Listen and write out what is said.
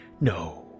No